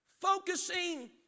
Focusing